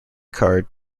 card